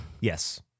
Yes